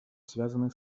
связаны